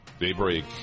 Daybreak